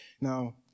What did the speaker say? Now